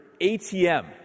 ATM